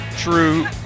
true